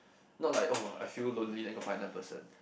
not like oh I feel lonely then go find another person